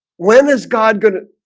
when is god good?